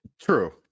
True